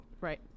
Right